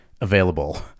available